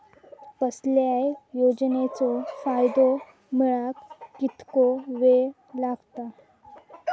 कसल्याय योजनेचो फायदो मेळाक कितको वेळ लागत?